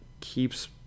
keeps